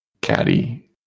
caddy